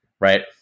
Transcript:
Right